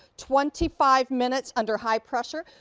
twenty five minutes under high pressure.